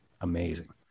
amazing